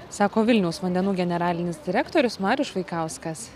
sako vilniaus vandenų generalinis direktorius marius švaikauskas